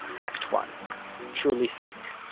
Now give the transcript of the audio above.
act one truly fake.